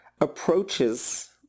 approaches